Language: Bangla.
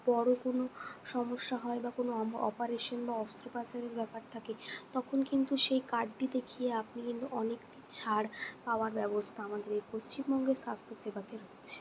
বড়ো কোনো সমস্যা হয় বা কোনো অপারেশন বা অস্ত্রপচারের ব্যাপার থাকে তখন কিন্তু সেই কার্ডটি দেখিয়ে আপনি কিন্তু অনেকটি ছাড় পাওয়ার ব্যবস্থা আমাদের এই পশ্চিমবঙ্গের স্বাস্থ্যসেবাতে আছে